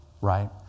right